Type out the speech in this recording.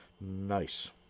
Nice